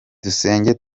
dusenge